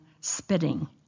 spitting